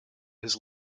his